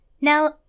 Now